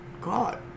God